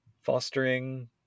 Fostering